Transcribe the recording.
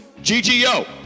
GGO